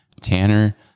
Tanner